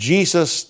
Jesus